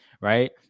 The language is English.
right